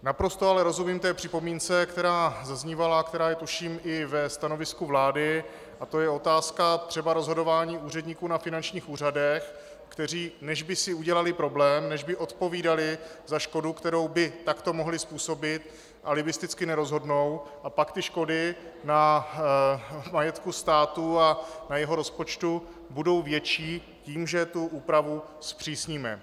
Naprosto ale rozumím připomínce, která zaznívala a která je tuším i ve stanovisku vlády, a to je otázka třeba rozhodování úředníků na finančních úřadech, kteří než by si udělali problém, než by odpovídali za škodu, kterou by takto mohli způsobit, alibisticky nerozhodnou, a pak škody na majetku státu a na jeho rozpočtu budou větší tím, že tu úpravu zpřísníme.